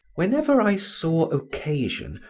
whenever i saw occasion,